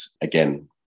again